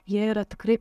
jie yra tikrai